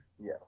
Yes